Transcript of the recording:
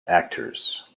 actors